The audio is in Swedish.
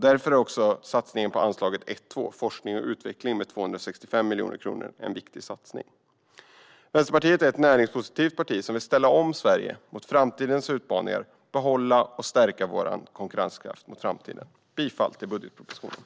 Därför är också satsningen under anslaget 1:2 Forskning och utveckling med 265 miljoner kronor en viktig satsning. Vänsterpartiet är ett näringspositivt parti som vill ställa om Sverige mot framtidens utmaningar för att behålla och stärka vår konkurrenskraft inför framtiden. Jag yrkar bifall till budgetpropositionen.